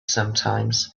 sometimes